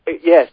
Yes